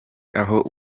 aho